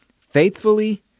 faithfully